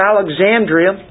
Alexandria